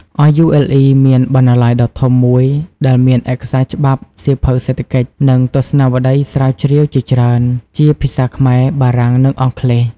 RULE មានបណ្ណាល័យដ៏ធំមួយដែលមានឯកសារច្បាប់ សៀវភៅសេដ្ឋកិច្ច និងទស្សនាវដ្តីស្រាវជ្រាវជាច្រើន ជាភាសាខ្មែរ បារាំង និងអង់គ្លេស។